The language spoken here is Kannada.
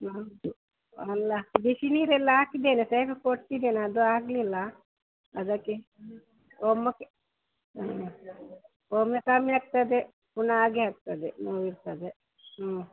ಅಲ್ಲ ಬಿಸಿನೀರೆಲ್ಲ ಹಾಕಿದ್ದೇನೆ ಶಾಖ ಕೊಡ್ತಿದೇನೆ ಅದು ಆಗಲಿಲ್ಲ ಅದಕ್ಕೆ ಒಮ್ಮೆಕ್ ಹ್ಞೂ ಒಮ್ಮೆ ಕಮ್ಮಿ ಆಗ್ತದೆ ಪುನಃ ಹಾಗೆ ಆಗ್ತದೆ ನೋವು ಇರ್ತದೆ ಹ್ಞೂ